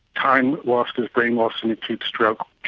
time lost is brain lost in acute stroke.